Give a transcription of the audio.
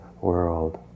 world